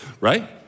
right